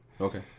Okay